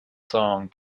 song